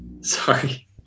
Sorry